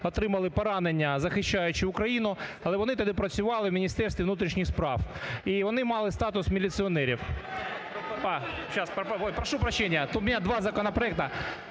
отримали поранення, захищаючи Україну, але вони тоді працювали в Міністерстві внутрішніх справ і вони мали статус міліціонерів. (Шум у залі) Прошу прощения, у меня два законопроекта.